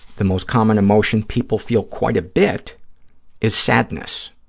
the most common emotion people feel quite a bit is sadness,